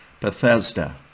Bethesda